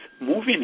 moving